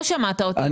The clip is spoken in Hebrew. לא שמעת אותי.